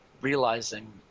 realizing